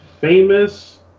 famous